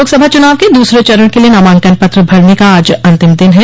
लोकसभा चुनाव के दूसरे चरण के लिये नामांकन पत्र भरने का आज अंतिम दिन है